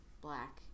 black